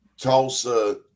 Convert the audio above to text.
Tulsa